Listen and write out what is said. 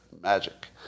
magic